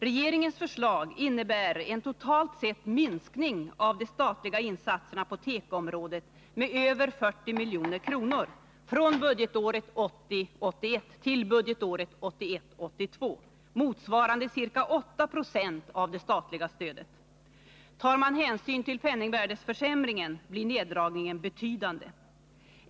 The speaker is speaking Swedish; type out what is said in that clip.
Regeringens förslag innebär totalt sett en minskning av de statliga insatserna på tekoområdet med över 40 milj.kr. från budgetåret 1980 82, motsvarande ca 8 70 av det statliga stödet. Tar man hänsyn till penningvärdeförsämringen blir neddragningen betydande.